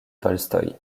tolstoï